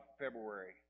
February